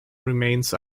remains